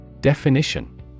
Definition